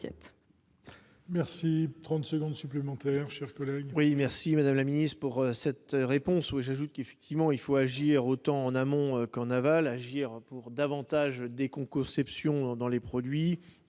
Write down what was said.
Merci 30 secondes supplémentaires chers collègues.